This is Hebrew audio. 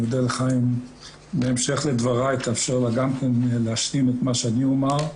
אודה אם בהמשך לדברי תאפשר לה גם כן לה להשלים את מה שאני אומר.